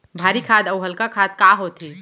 भारी खाद अऊ हल्का खाद का होथे?